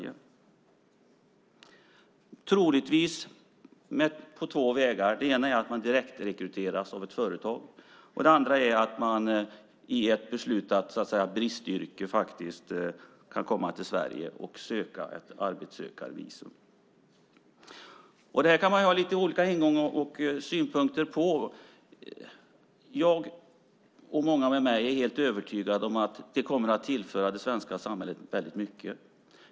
Det kommer troligtvis att finnas två vägar. Den ena är att man direktrekryteras av ett företag. Den andra är att man i ett beslutat bristyrke faktiskt kan komma till Sverige och söka ett arbetssökarvisum. Detta kan man ha lite olika ingångar och synpunkter på. Jag, och många med mig, är helt övertygad om att det kommer att tillföra det svenska samhället mycket.